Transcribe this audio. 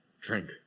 drink